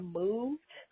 moved